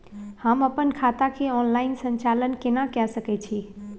हम अपन खाता के ऑनलाइन संचालन केना के सकै छी?